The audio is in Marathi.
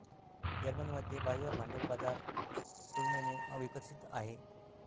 जर्मनीमध्ये बाह्य भांडवल बाजार तुलनेने अविकसित आहे